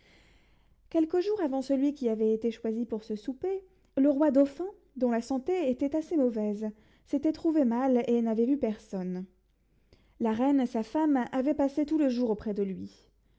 quelques jours avant celui qui avait été choisi pour ce souper le roi dauphin dont la santé était assez mauvaise s'était trouvé mal et n'avait vu personne la reine sa femme avait passé tout le jour auprès de lui